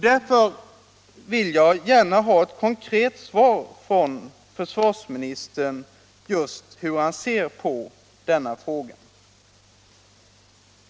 Därför vill jag gärna ha ett konkret besked från försvarsministern just om hur han ser - på denna fråga.